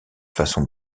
façon